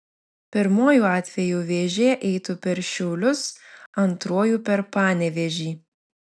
pirmuoju atveju vėžė eitų per šiaulius antruoju per panevėžį